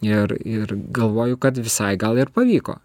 ir ir galvoju kad visai gal ir pavyko